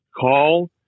call